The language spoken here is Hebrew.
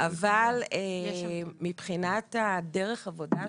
אבל מבחינת דרך העבודה שלנו,